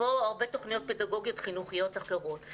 כמו הרבה תוכניות פדגוגיות חינוכיות אחרות.